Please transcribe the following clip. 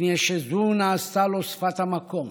מפני שזו נעשתה לו שפת המקום,